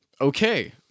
Okay